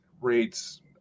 rates